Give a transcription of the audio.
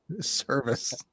service